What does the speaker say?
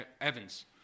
Evans